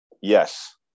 Yes